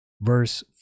Verse